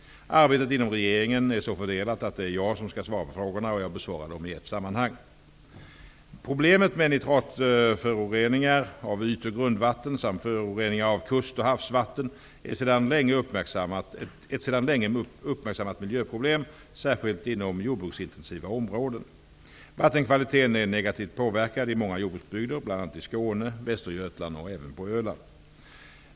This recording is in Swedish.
Arbetet inom regeringen är så fördelat att det är jag som skall svara på frågorna. Jag besvarar dem i ett sammanhang. Problemet med nitratföroreningar av yt och grundvatten samt föroreningar av kust och havsvatten är ett sedan länge uppmärksammat miljöproblem särskilt inom jordbruksintensiva områden. Vattenkvaliteten är negativt påverkad i många jordbruksbygder bl.a. i Skåne, Västergötland och även på Öland.